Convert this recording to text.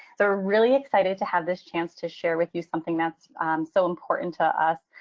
so we're really excited to have this chance to share with you something that's so important to us.